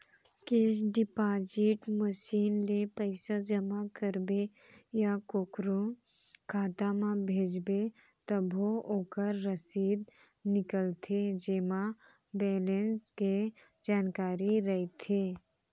cash deposit machine ले पइसा जमा करबे या कोकरो खाता म भेजबे तभो ओकर रसीद निकलथे जेमा बेलेंस के जानकारी रइथे